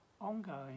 ongoing